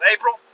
April